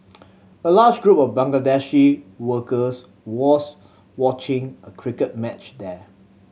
a large group of Bangladeshi workers was watching a cricket match there